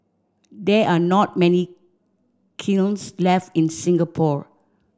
there are not many kilns left in Singapore